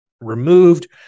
removed